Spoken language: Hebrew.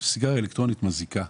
שסיגריה אלקטרונית מזיקה.